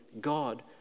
God